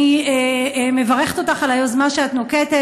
אני מברכת אותך על היוזמה שאת נוקטת.